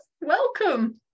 welcome